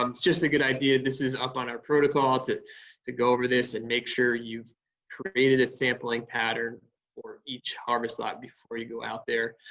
um just a good idea this is up on our protocol to to go over this and make sure you've created a sampling pattern for each harvest lot before you go out there.